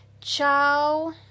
Ciao